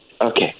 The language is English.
Okay